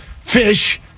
Fish